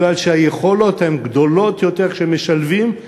כי היכולות גדולות יותר כשמשלבים,